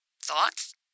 Thoughts